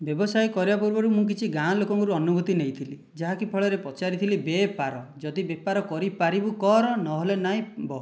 ବ୍ୟବସାୟ କରିବା ପୂର୍ବରୁ ମୁଁ କିଛି ଗାଁ ଲୋକଙ୍କର ଅନୁଭୂତି ନେଇଥିଲି ଯାହାକି ଫଳରେ ପଚାରିଥିଲି ବେ'ପାର ଯଦି ବେପାର କରିପାରିବୁ କର ନହେଲେ ନାଇଁ ବ